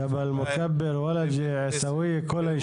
ג'בל אל-מוכאבר, וולג'ה, עיסאוויה, כל היישובים.